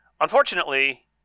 unfortunately